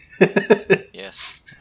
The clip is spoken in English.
Yes